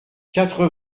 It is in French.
quatre